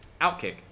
Outkick